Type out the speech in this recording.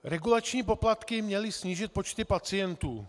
Regulační poplatky měly snížit počty pacientů.